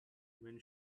when